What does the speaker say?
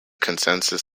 consensus